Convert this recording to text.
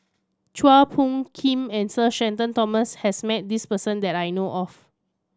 Chua Phung Kim and Sir Shenton Thomas has met this person that I know of